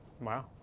Wow